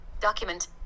Document